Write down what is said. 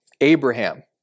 Abraham